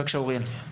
אוריאל, בבקשה.